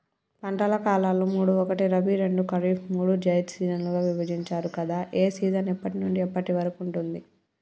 పంటల కాలాలు మూడు ఒకటి రబీ రెండు ఖరీఫ్ మూడు జైద్ సీజన్లుగా విభజించారు కదా ఏ సీజన్ ఎప్పటి నుండి ఎప్పటి వరకు ఉంటుంది?